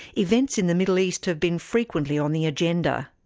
events in the middle east have been frequently on the agenda.